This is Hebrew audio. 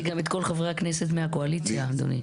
וגם את כל חברי הכנסת מהקואליציה, אדוני.